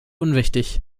unwichtig